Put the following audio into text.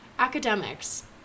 Academics